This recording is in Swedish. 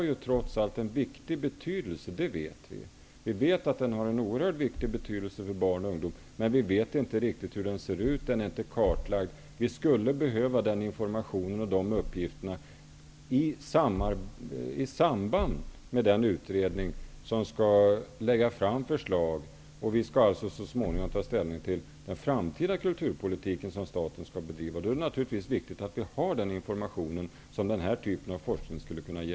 Den har trots allt en stor betydelse, det vet vi. Vi vet att den är oerhört viktig för barn och ungdom, men vi vet inte riktigt hur den ser ut. Den är inte kartlagd. Vi skulle behöva den informationen och de uppgifterna i samband med den utredning som skall lägga fram förslag. Vi skall så småningom ta ställning till den framtida kulturpolitik som staten skall bedriva. Då är det viktigt att vi har den information som den här typen av forskning skulle kunna ge.